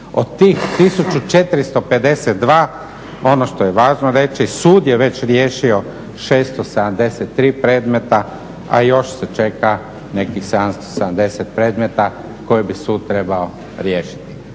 Od tih 1452 ono što je važno reći sud je već riješio 673 predmeta, a još se čeka nekih 770 predmeta koje bi sud trebao riješiti.